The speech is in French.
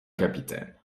capitaine